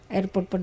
Airport